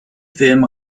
film